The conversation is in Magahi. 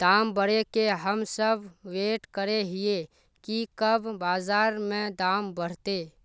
दाम बढ़े के हम सब वैट करे हिये की कब बाजार में दाम बढ़ते?